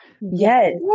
Yes